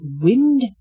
wind